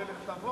תלך, תבוא.